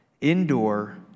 indoor